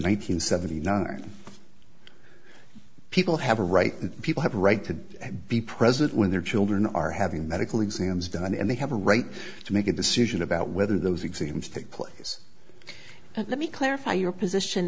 hundred seventy nine people have a right and people have a right to be present when their children are having medical exams done and they have a right to make a decision about whether those exams take place but let me clarify your position